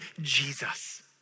Jesus